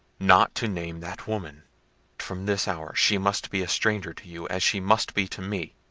not to name that woman from this hour she must be a stranger to you, as she must be to me.